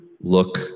look